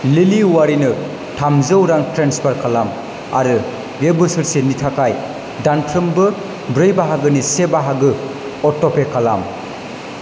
लिलि औवारिनो थामजौ रां ट्रेन्सफार खालाम आरो बे बोसोरसेनि थाखाय दानफ्रोमबो ब्रै बाहागोनि से बाहागो अट'पे खालाम